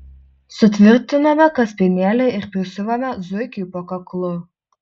sutvirtiname kaspinėlį ir prisiuvame zuikiui po kaklu